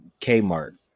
Kmart